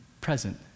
present